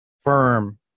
firm